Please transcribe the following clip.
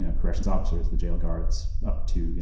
ah corrections officers, the jail guards up to, you